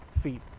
feet